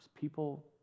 people